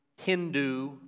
Hindu